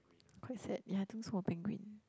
quite sad ya I think I saw a penguin